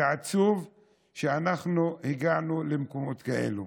זה עצוב שאנחנו הגענו למקומות כאלו.